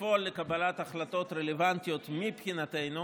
לפעול לקבלת החלטות רלוונטיות מבחינתנו